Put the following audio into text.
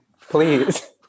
please